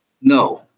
No